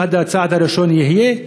אם הצעד הראשון יהיה,